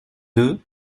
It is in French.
deux